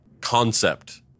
concept